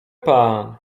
pan